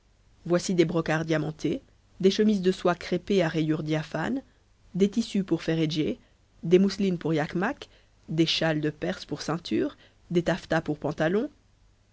voici des brocarts diamantés des chemises de soie crêpée à rayures diaphanes des tissus pour féredjés des mousselines pour iachmaks des châles de perse pour ceinture des taffetas pour pantalons